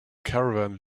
caravan